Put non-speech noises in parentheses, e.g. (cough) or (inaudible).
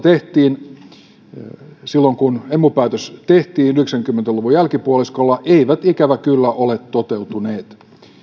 (unintelligible) tehtiin silloin kun emu päätös tehtiin yhdeksänkymmentä luvun jälkipuoliskolla eivät ikävä kyllä ole toteutuneet